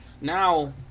Now